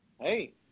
hey